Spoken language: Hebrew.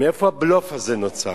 מאיפה הבלוף הזה נוצר?